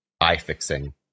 eye-fixing